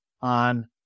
on